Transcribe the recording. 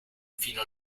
fino